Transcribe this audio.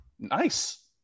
Nice